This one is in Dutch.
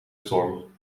storm